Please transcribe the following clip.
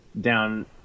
down